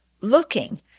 looking